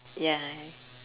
ya